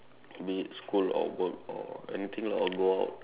maybe school or work or anything lah or go out